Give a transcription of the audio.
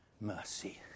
mercy